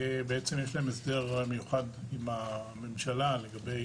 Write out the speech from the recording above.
שיש להן הסדר מיוחד עם הממשלה לגבי